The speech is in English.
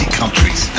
countries